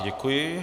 Děkuji.